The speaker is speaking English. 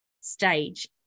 stage